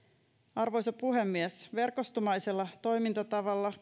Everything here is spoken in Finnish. arvoisa puhemies verkostomaisella toimintatavalla